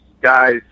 guys